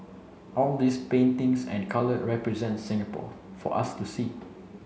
all these paintings and colour represent Singapore for us to see